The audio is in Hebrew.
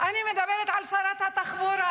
אני מדברת על שרת התחבורה.